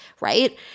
right